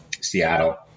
seattle